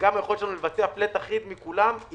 גם היכולת שלנו לבצע קיצוץ פלאט אחיד מכולם היא